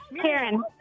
Karen